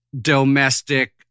domestic